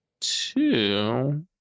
two